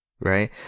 right